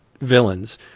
villains